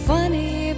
Funny